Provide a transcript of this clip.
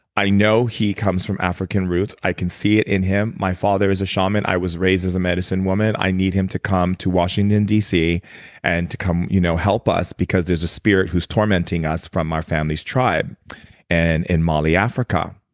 i know he comes from african root. i can see it in him. my father is a shaman. i was raised as a medicine woman. i need him to come to washington dc and to come you know help us because there's a spirit who's tormenting us from our family's tribe and in mali, africa.